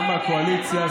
גם מהקואליציה,